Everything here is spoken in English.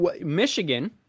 Michigan